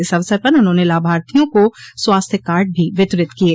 इस अवसर पर उन्होंने लाभार्थियों को स्वास्थ्य कार्ड भी वितरित किये